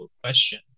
question